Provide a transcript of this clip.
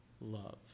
love